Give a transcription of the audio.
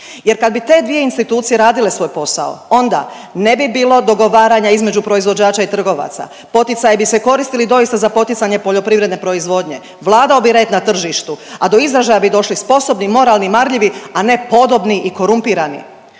jer kad bi te dvije institucije radile svoj posao onda ne bi bilo dogovaranja između proizvođača i trgovaca, poticaji bi se koristili doista za poticanje poljoprivredne proizvodnje, vladao bi red na tržištu, a do izražaja bi došli sposobni, moralni, marljivi, a ne podobni i korumpirani.